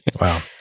Wow